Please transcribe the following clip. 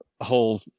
whole